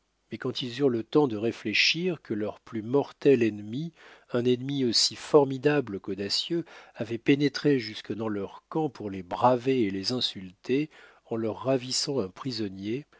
mais quand ils eurent eu le temps de réfléchir que leur plus mortel ennemi un ennemi aussi formidable qu'audacieux avait pénétré jusque dans leur camp pour les braver et les insulter en leur ravissant un prisonnier